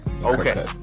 Okay